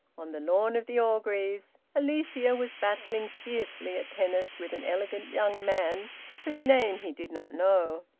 on the lawn of the orgreaves, alicia was battling fiercely at tennis with an elegant young man whose name he did not know.